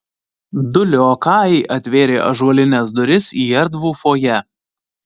du liokajai atvėrė ąžuolines duris į erdvų fojė